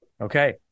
Okay